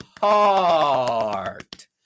heart